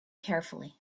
carefully